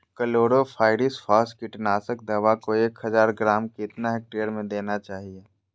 Chlorpyrifos कीटनाशक दवा को एक हज़ार ग्राम कितना हेक्टेयर में देना चाहिए?